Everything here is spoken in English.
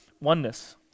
oneness